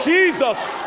Jesus